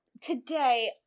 today